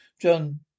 John